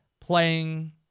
playing